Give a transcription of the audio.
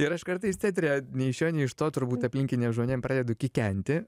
ir aš kartais teatre nei iš šio nei iš to turbūt aplinkiniam žmonėm pradedu kikenti